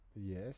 Yes